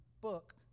book